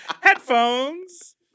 headphones